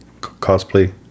cosplay